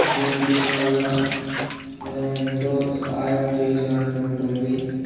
దీనికి మళ్ళీ మనం ఎంతో సహాయం చేసినట్టు ఉంటుంది